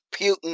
Putin